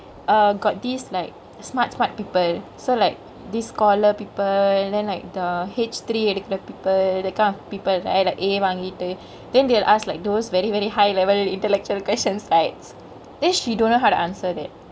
err got these like smart smart people so like these scholar people then like the H three எடுக்கர:yedukare people that kind of people right like A வாங்கிட்டு: vaangkittu then they'll ask like those very very high level very intellectual question right then she don't know how to answer that